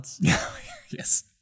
Yes